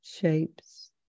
shapes